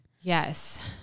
Yes